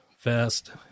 vest